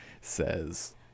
says